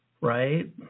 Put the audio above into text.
right